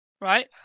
right